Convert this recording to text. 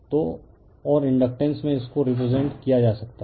तो और इंडकटेंस में इसको रिप्रेसेंट किया जा सकता है